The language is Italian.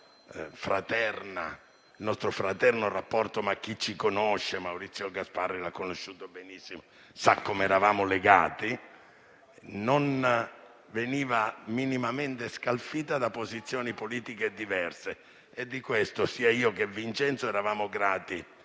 il nostro fraterno rapporto - chi ci conosce, come Maurizio Gasparri che l'ha conosciuto benissimo, sa quanto eravamo legati - non veniva minimamente scalfito da posizioni politiche diverse. Di questo sia io che Vincenzo eravamo grati